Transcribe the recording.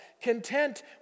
Content